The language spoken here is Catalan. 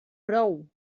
prou